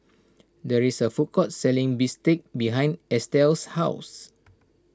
there is a food court selling Bistake behind Estell's house